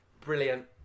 Brilliant